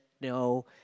no